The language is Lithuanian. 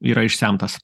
yra išsemtas